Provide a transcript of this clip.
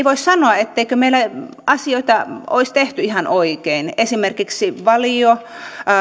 voi sanoa etteikö meillä asioita olisi tehty ihan oikein esimerkiksi valio